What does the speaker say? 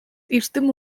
эрдэм